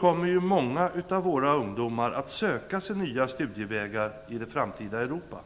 kommer många av våra ungdomar att söka sig nya studievägar i det framtida Europa.